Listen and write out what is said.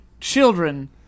children